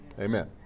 Amen